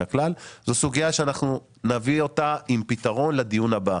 הכלל - זו סוגייה שאנחנו נביא אותה עם פתרון לדיון הבא.